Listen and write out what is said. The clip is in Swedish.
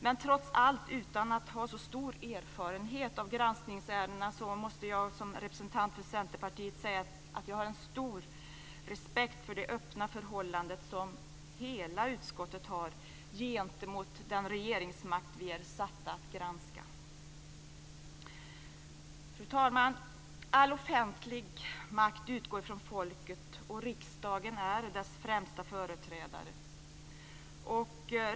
Men trots allt, utan att ha så stor erfarenhet av granskningsärendena, så måste jag som representant för Centerpartiet säga att jag har en stor respekt för det öppna förhållande som hela utskottet har gentemot den regeringsmakt som vi är satta att granska. Fru talman! All offentlig makt utgår ifrån folket, och riksdagen är dess främsta företrädare.